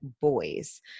boys